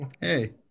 hey